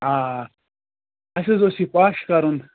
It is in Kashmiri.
آ اَسہِ حظ اوس یہِ پَش کرُن